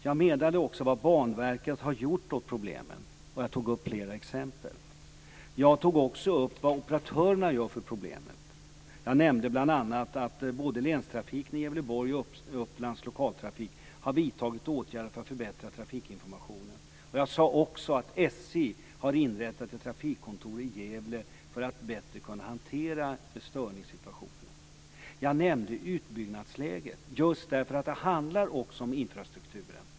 Jag meddelade också vad Banverket har gjort åt problemen, och jag tog flera exempel. Jag tog också upp vad operatörerna gör åt problemet. Jag nämnde bl.a. att både Länstrafiken i Gävleborg och Upplands Lokaltrafik har vidtagit åtgärder för att förbättra trafikinformationen. Jag sade också att SJ har inrättat ett trafikkontor i Gävle för att bättre kunna hantera störningssituationer. Jag nämnde utbyggnadsläget, just därför att det också handlar om infrastrukturen.